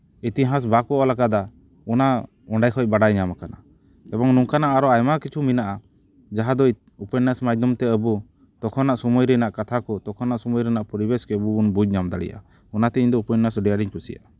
ᱤᱛᱤᱦᱟᱥ ᱵᱟᱠᱚ ᱚᱞ ᱠᱟᱫᱟ ᱚᱱᱟ ᱚᱸᱰᱮ ᱠᱷᱚᱡ ᱵᱟᱰᱟᱭ ᱧᱟᱢ ᱠᱟᱱᱟ ᱮᱵᱚᱝ ᱱᱚᱝᱠᱟᱱᱟᱜ ᱟᱨᱚ ᱟᱭᱢᱟ ᱠᱤᱪᱷᱩ ᱢᱮᱱᱟᱜᱼᱟ ᱡᱟᱦᱟᱸ ᱫᱚ ᱩᱯᱚᱱᱱᱟᱥ ᱢᱟᱫᱽᱫᱷᱚᱢ ᱛᱮ ᱟᱵᱚ ᱛᱚᱠᱷᱚᱱᱟᱜ ᱥᱚᱢᱚᱭ ᱨᱮᱱᱟᱜ ᱠᱟᱛᱷᱟ ᱠᱚ ᱛᱚᱠᱷᱚᱱᱟᱜ ᱯᱚᱨᱤᱵᱮᱥ ᱨᱮᱱᱟᱜ ᱥᱚᱢᱚᱭ ᱜᱮ ᱟᱵᱚ ᱵᱚᱱ ᱵᱩᱡ ᱧᱟᱢ ᱫᱟᱲᱮᱭᱟᱜᱼᱟ ᱚᱱᱟᱛᱮ ᱤᱧ ᱫᱚ ᱩᱯᱚᱱᱱᱟᱥ ᱟᱹᱰᱤ ᱟᱸᱴᱤᱧ ᱠᱩᱥᱤᱭᱟᱜᱼᱟ